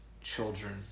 children